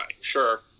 sure